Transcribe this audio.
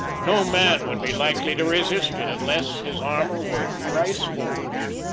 no man would be likely to resist it unless his armour were thrice forged.